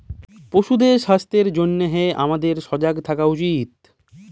পশুদের স্বাস্থ্যের জনহে হামাদের সজাগ থাকা উচিত